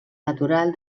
natural